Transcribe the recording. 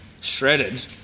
shredded